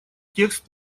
текст